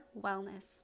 wellness